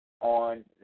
on